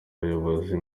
bayobozi